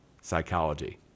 psychology